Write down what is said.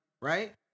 Right